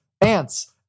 ants